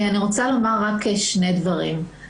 אני מבקשת לומר שני דברים,